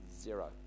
zero